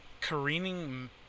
careening